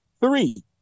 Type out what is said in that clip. Three